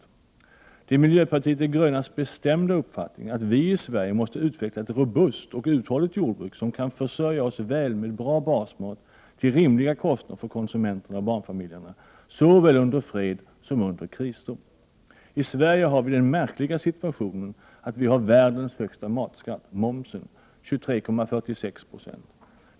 Det är miljöpartiet de grönas bestämda uppfattning att vi i Sverige måste utveckla ett robust och uthålligt jordbruk, som kan försörja oss väl med bra basmat till rimliga kostnader för konsumenterna och barnfamiljerna såväl i fred som i kristider. I Sverige har vi den märkliga situationen att vi har världens högsta matskatt —- momsen, som är 23,46 20.